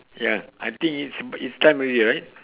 ya I think it's it's time already right